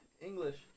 English